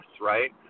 right